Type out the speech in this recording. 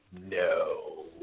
No